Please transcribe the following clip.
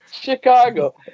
Chicago